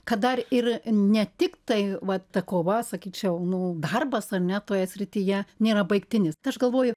kad dar ir ne tik tai vat ta kova sakyčiau nu darbas ar ne toje srityje nėra baigtinis tai aš galvoju